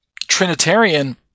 Trinitarian